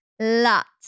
lots